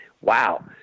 wow